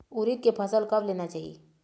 उरीद के फसल कब लेना चाही?